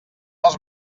els